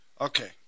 Okay